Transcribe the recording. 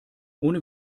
ohne